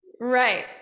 Right